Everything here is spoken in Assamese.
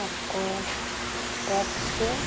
আকৌ টেক্সী